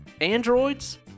androids